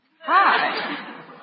Hi